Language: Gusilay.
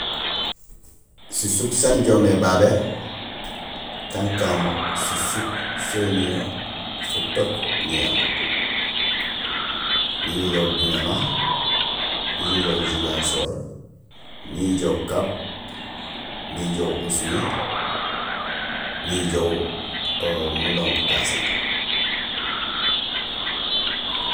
Sisuk saan ijoow babé kankaan sisuk soni futook niyanuur: nijojoow Bignona, nijojoow Ziguinchor, nijow Cap, nijoow Oussouye, nijoow Mlomp Cassa.